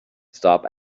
stop